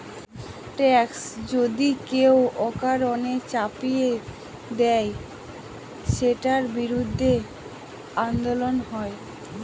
tax যদি কেউ অকারণে চাপিয়ে দেয়, সেটার বিরুদ্ধে আন্দোলন হয়